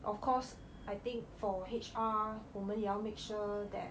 of course I think for H_R 我们也要 make sure that